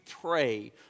pray